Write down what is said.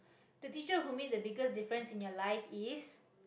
the teacher who made the biggest difference in your life is